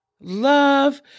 love